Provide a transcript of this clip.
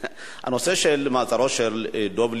מעצרו של דב ליאור,